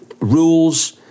rules